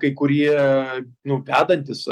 kai kurie nu vedantys